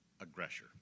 aggressor